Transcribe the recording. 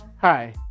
Hi